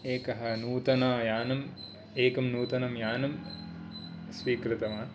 एकः नूतन यानम् एकं नूतनं यानं स्वीकृतवान्